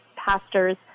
pastors